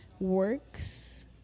works